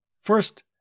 First